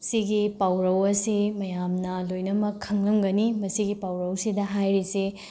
ꯁꯤꯒꯤ ꯄꯥꯎꯔꯧ ꯑꯁꯤ ꯃꯌꯥꯝꯅ ꯂꯣꯏꯅꯃꯛ ꯈꯪꯉꯝꯒꯅꯤ ꯃꯁꯤꯒꯤ ꯄꯥꯎꯔꯧꯁꯤꯗ ꯍꯥꯏꯔꯤꯁꯦ